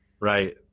Right